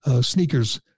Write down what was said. sneakers